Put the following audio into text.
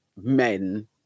men